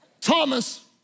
Thomas